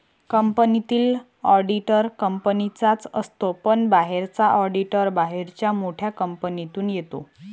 कंपनीतील ऑडिटर कंपनीचाच असतो पण बाहेरचा ऑडिटर बाहेरच्या मोठ्या कंपनीतून येतो